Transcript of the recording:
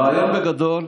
הרעיון בגדול,